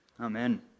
Amen